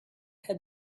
had